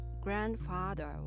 grandfather